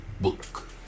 book